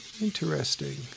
Interesting